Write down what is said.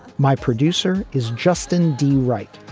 my producer is justin d, right.